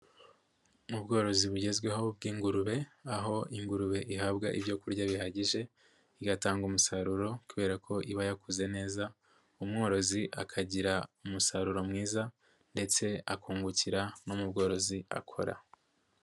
Mu bworozi bugezweho bw'ingurube, aho ingurube ihabwa ibyo kurya bihagije, igatanga umusaruro kubera ko iba yakuze neza, umworozi akagira umusaruro mwiza ndetse akungukira no mu bworozi akora.